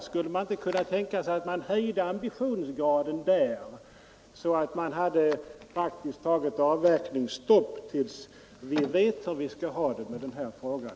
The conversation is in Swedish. Skulle man inte kunna tänka sig att man höjde ambitionsgraden beträffande domänverkets skogar, så att man hade praktiskt taget avverkningsstopp av bokskogsbestånd tills vi vet hur vi skall åtgärda den här frågan?